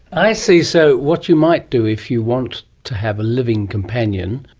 i see. so what you might do, if you want to have a living companion,